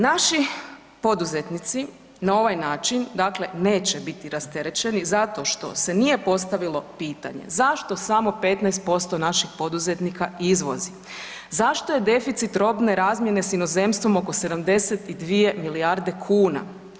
Naši poduzetnici na ovaj način dakle neće biti rasterećeni zato što se nije postavilo pitanje zašto samo 15% naših poduzetnika izvozi, zašto je deficit robne razmjene s inozemstvom oko 72 milijarde kuna?